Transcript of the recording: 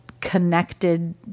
connected